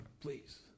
please